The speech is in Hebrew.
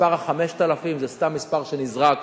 המספר 5,000 זה סתם מספר שנזרק,